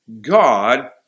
God